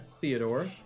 Theodore